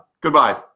Goodbye